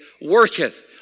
worketh